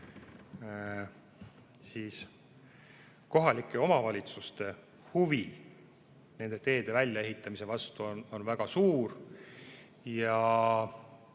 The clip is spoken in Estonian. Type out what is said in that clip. et kohalike omavalitsuste huvi nende teede väljaehitamise vastu on väga suur, ja